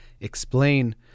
explain